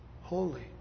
holy